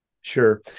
Sure